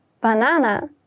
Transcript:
Banana